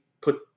put